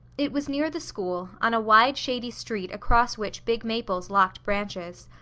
it was near the school, on a wide shady street across which big maples locked branches.